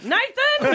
Nathan